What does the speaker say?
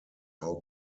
how